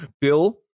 Bill